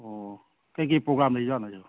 ꯑꯣ ꯀꯔꯤ ꯀꯔꯤ ꯄ꯭ꯔꯣꯒ꯭ꯔꯥꯝ ꯂꯩꯖꯥꯠꯅꯣ ꯁꯤꯕꯣ